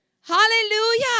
Hallelujah